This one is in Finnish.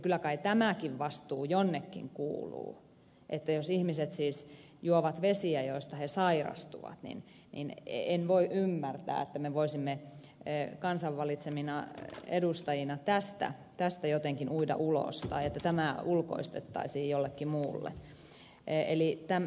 kyllä kai tämäkin vastuu jonnekin kuuluu että jos siis ihmiset juovat vesiä joista he sairastuvat niin en voi ymmärtää että me voisimme kansan valitsemina edustajina tästä jotenkin uida ulos tai että tämä ulkoistettaisiin jollekin muulle